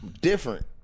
different